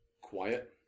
quiet